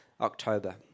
October